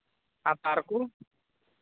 ᱟᱨ ᱛᱟᱨ ᱠᱚ